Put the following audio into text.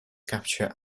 capture